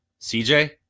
CJ